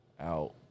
out